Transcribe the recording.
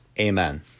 Amen